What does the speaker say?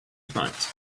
tonight